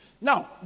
Now